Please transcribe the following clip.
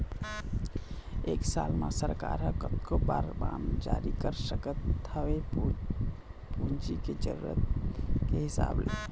एक साल म सरकार ह कतको बार बांड जारी कर सकत हवय पूंजी के जरुरत के हिसाब ले